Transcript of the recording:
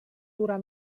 durar